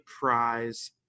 prize